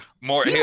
More